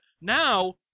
now